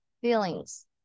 feelings